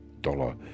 dollar